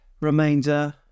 remainder